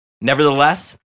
Nevertheless